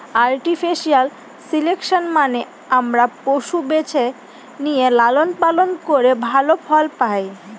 artificial selection মানে আমরা পশু বেছে নিয়ে লালন পালন করে ভালো ফল পায়